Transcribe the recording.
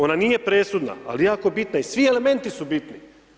Ona nije presudna ali je jako bitna i svi elementi su bitni.